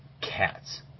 cats